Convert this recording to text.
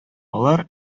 алар